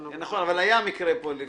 נכון, אבל היה מקרה לפני.